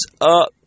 up